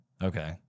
Okay